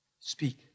Speak